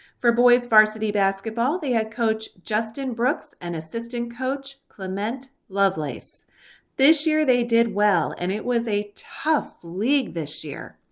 for boys varsity basketball the head coach justin brooks and assistant coach clement lovelace this year they did well and it was a tough league this year.